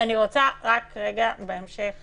בהמשך